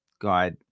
God